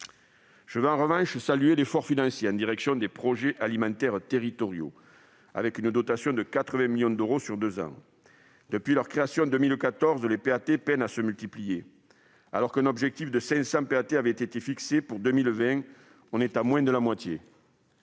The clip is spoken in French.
Je salue en revanche l'effort financier réalisé en direction des projets alimentaires territoriaux (PAT), avec une dotation de 80 millions d'euros sur deux ans. Depuis leur création en 2014, les PAT peinent à se multiplier. Alors qu'un objectif de 500 PAT a été fixé pour 2020, nous avons atteint moins de la moitié